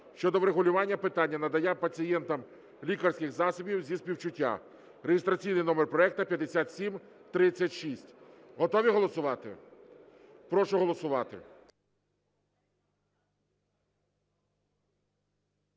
щодо врегулювання питання надання пацієнтам лікарських засобів зі співчуття (реєстраційний номер проекту 5736). Готові голосувати? Прошу голосувати.